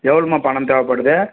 எவ்வளோம்மா பணம் தேவைப்படுது